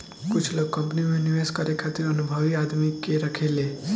कुछ लोग कंपनी में निवेश करे खातिर अनुभवी आदमी के राखेले